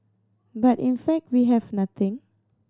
but in fact we have nothing